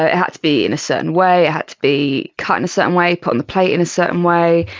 ah it had to be in a certain way, it had to be cut in a certain way, put on the plate in a certain way.